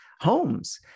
homes